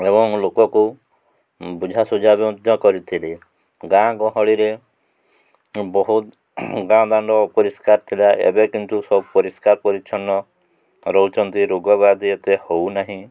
ଏବଂ ଲୋକକୁ ବୁଝା ସୁଝା ମଧ୍ୟ କରିଥିଲି ଗାଁ ଗହଳିରେ ବହୁତ ଗାଁ ଦାଣ୍ଡ ଅପରିଷ୍କାର ଥିଲା ଏବେ କିନ୍ତୁ ସବୁ ପରିଷ୍କାର ପରିଚ୍ଛନ୍ନ ରହୁଛନ୍ତି ରୋଗ ବାଦି ଏତେ ହଉ ନାହିଁ